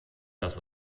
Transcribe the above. das